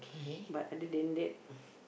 but other than that